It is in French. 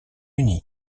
uni